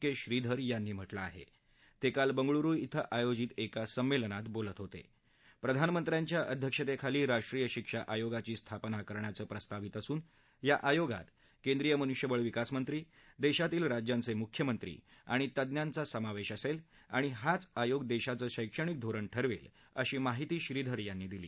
का श्रीधर यांनी म्हटलं आहा निळाल बंगळुरु इथं आयोजित एका संमध्यात बोलत होत प्रधामंत्र्यांच्या अध्यक्षतखिली राष्ट्रीय शिक्षा आयोगाची स्थापना करण्याचं प्रस्तावित असून या आयोगात केंद्रीय मनुष्यबळ विकासमंत्री दर्शतील राज्यांचमुिख्यमंत्री आणि तज्ञांचा समावधीअसत्त्व आणि हाच आयोग दधीचं शैक्षणिक धोरण ठरवत्तीअशी माहिती श्रीधर यांनी दिली